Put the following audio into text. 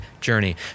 Journey